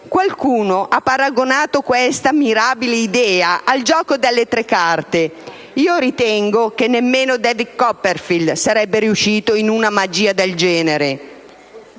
Qualcuno ha paragonato questa mirabile idea al gioco delle tre carte: io ritengo che nemmeno David Copperfield sarebbe riuscito in una magia del genere.